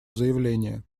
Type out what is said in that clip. заявление